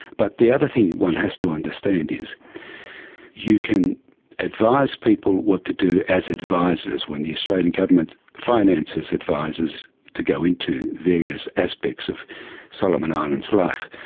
but the other thing one has to understand is you can advise people what to do as advisers, when the australian government finances advisers go into various aspects of solomon islands life,